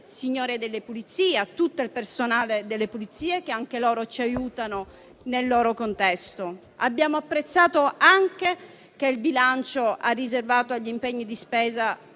signore delle pulizie e a tutto il personale delle pulizie, che pure ci aiuta nel suo contesto. Abbiamo apprezzato anche che il bilancio abbia riservato impegni di spesa